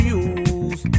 use